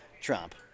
Trump